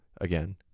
again